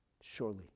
surely